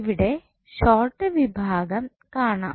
ഇവിടെ ഷോർട്ട് വിഭാഗം കാണാം